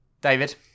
David